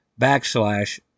backslash